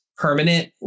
Permanent